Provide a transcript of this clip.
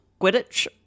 Quidditch